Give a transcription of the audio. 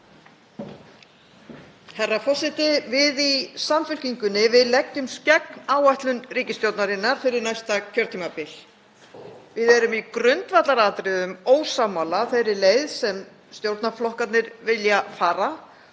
Herra forseti. Við í Samfylkingunni leggjumst gegn áætlun ríkisstjórnarinnar fyrir næsta kjörtímabil. Við erum í grundvallaratriðum ósammála þeirri leið sem stjórnarflokkarnir vilja fara